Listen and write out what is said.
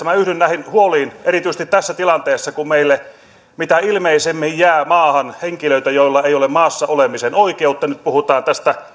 minä yhdyn näihin huoliin erityisesti tässä tilanteessa kun meille mitä ilmeisimmin jää maahan henkilöitä joilla ei ole maassa olemisen oikeutta nyt puhutaan